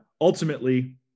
ultimately